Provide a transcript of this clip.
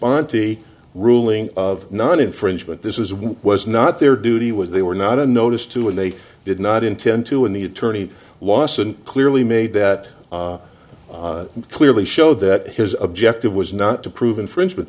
v ruling of non infringement this is what was not their duty was they were not a notice to and they did not intend to and the attorney lawson clearly made that clearly show that his objective was not to prove infringement